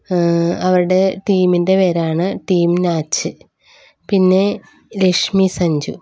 അവരുടെ ടീമിൻ്റെ പേരാണ് ടീം നാച്ച് പിന്നെ ലക്ഷ്മി സഞ്ജു